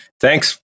Thanks